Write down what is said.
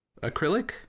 acrylic